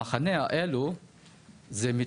המחנות האלה מתפוצצים